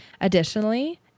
Additionally